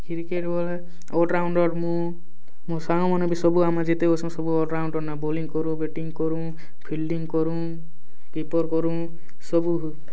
cricket ବେଲେ allrounder ମୁଁ ମୋର୍ ସାଙ୍ଗମାନେ ବି ସବୁ ଆମେ ଯେତେ ଅଛୁଁ ସବୁ ଅଲ୍ରାଉଣ୍ଡର୍ ନା ବୋଲିଂ କରୁଁ ବ୍ୟାଟିଂ କରୁଁ ଫିଲ୍ଡିଂ କରୁଁ କିପର୍ କରୁଁ ସବୁ